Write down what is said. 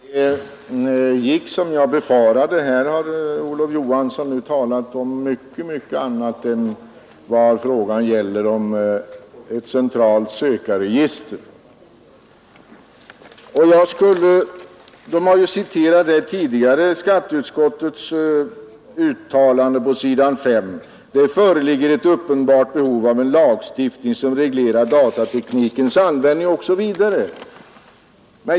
Herr talman! Det gick som jag befarade. Här har Olof Johansson i Stockholm talat om mycket annat än vad frågan gäller, nämligen ett centralt sökregister. Skatteutskottets uttalande på s. 5 i betänkandet har tidigare citerats: ”Det föreligger ett uppenbart behov av en lagstiftning som reglerar datateknikens användning” osv.